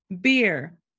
beer